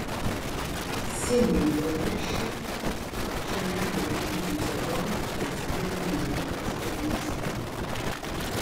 simui juodviršiui šių metų lenktynių sezonas prasideda neįprastai anksti